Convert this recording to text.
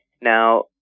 Now